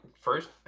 first